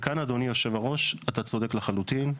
כאן אדוני היושב-ראש, אתה צודק לחלוטין.